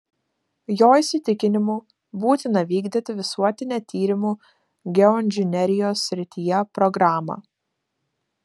jo įsitikinimu būtina vykdyti visuotinę tyrimų geoinžinerijos srityje programą